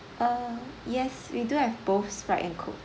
uh yes we do have both sprite and coke